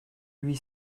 huit